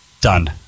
Done